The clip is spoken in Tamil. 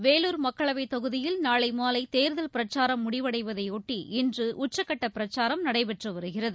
வேலூர் மக்களவைத் தொகுதியில் நாளை மாலை தேர்தல் பிரச்சாரம் முடிவடைவதையொட்டி இன்று உச்சக்கட்ட பிரச்சாரம் நடைபெற்று வருகிறது